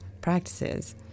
practices